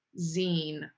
zine